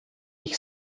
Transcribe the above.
ich